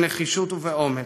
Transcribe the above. בנחישות ובאומץ.